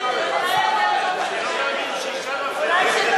אני לא מאמין שאשה מפריעה לאשה.